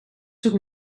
zoek